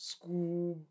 School